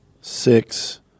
six